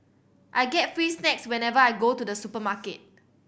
I get free snacks whenever I go to the supermarket